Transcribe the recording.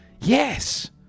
yes